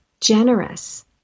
generous